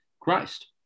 Christ